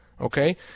okay